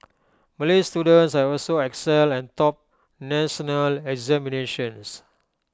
Malay students have also excelled and topped national examinations